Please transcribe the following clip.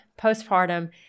postpartum